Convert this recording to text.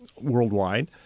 worldwide